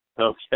Okay